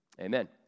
Amen